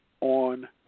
on